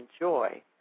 enjoy